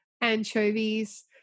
anchovies